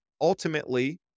ultimately